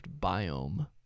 biome